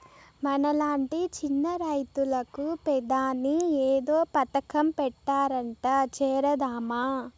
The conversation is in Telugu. మనలాంటి చిన్న రైతులకు పెదాని ఏదో పథకం పెట్టారట చేరదామా